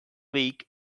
week